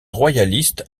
royaliste